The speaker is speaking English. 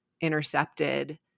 intercepted